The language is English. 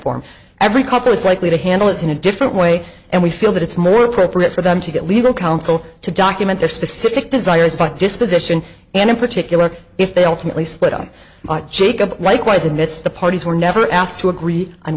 form every couple is likely to handle it in a different way and we feel that it's more appropriate for them to get legal counsel to document their specific desires disposition and in particular if they ultimately split up jacob likewise admits the parties were never asked to agree on